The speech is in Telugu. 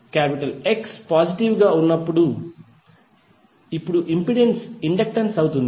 X పాజిటివ్ గా ఉన్నప్పుడు ఇప్పుడు ఇంపెడెన్స్ ఇండక్టెన్స్ అవుతుంది